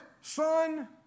son